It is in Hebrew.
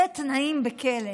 אלה התנאים בכלא.